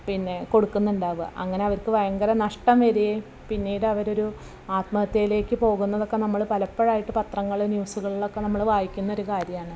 പിന്നെ കൊടുക്കുന്നുണ്ടാവുക അങ്ങനെ അവർക്ക് ഭയങ്കര നഷ്ടം വരികയും പിന്നീട് അവരൊരു ആത്മഹത്യയിലേക്ക് പോകുന്നതൊക്കെ നമ്മൾ പലപ്പോഴായിട്ട് പത്രങ്ങളിൽ ന്യൂസുകളിലൊക്കെ നമ്മൾ വായിക്കുന്നൊരു കാര്യമാണ്